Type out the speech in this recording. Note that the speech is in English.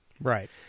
Right